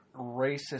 racist